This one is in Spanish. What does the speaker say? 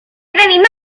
quise